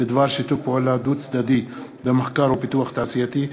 בדבר שיתוף פעולה דו-צדדי במחקר ופיתוח תעשייתי,